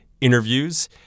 interviews